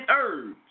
herbs